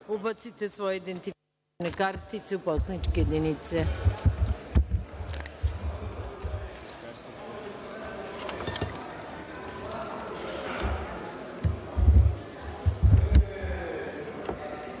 ubace svoje identifikacione kartice u poslaničke jedinice